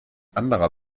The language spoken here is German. anderer